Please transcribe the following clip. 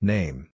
Name